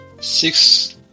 six